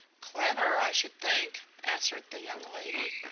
clever i should think, answered the young lady.